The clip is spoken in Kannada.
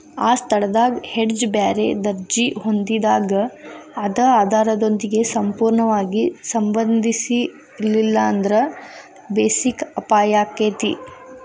ಆ ಸ್ಥಳದಾಗ್ ಹೆಡ್ಜ್ ಬ್ಯಾರೆ ದರ್ಜಿ ಹೊಂದಿದಾಗ್ ಅದ ಆಧಾರದೊಂದಿಗೆ ಸಂಪೂರ್ಣವಾಗಿ ಸಂಬಂಧಿಸಿರ್ಲಿಲ್ಲಾಂದ್ರ ಬೆಸಿಕ್ ಅಪಾಯಾಕ್ಕತಿ